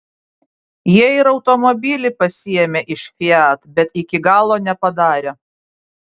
jie ir automobilį pasiėmė iš fiat bet iki galo nepadarė